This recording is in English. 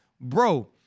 Bro